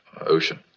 Ocean